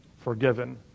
forgiven